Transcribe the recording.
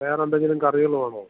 വേറെ എന്തെങ്കിലും കറികൾ വേണോ